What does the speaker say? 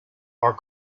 are